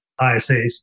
ISAs